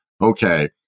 okay